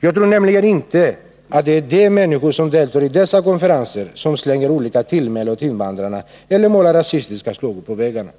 Jag tror nämligen inte att det är de människor som deltar i dessa konferenser som slänger olika tillmälen åt invandrarna eller målar rasistiska slagord på väggarna.